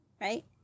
right